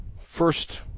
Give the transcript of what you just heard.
first